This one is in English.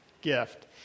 gift